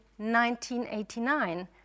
1989